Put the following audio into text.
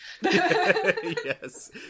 Yes